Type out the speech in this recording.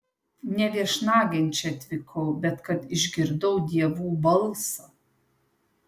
ne viešnagėn čia atvykau bet kad išgirdau dievų balsą